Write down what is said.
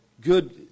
good